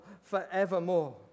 forevermore